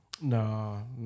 No